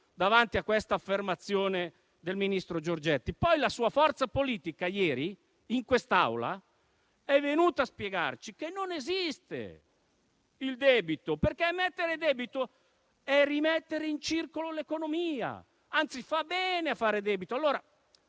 davanti a quest'affermazione del ministro Giorgetti. Poi i senatori del suo partito ieri in quest'Aula sono venuti a spiegare che non esiste il debito, perché emettere debito è rimettere in circolo l'economia, anzi fa bene fare debito.